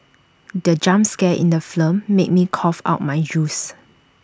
the jump scare in the film made me cough out my juice